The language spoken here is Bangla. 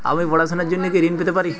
আমি পড়াশুনার জন্য কি ঋন পেতে পারি?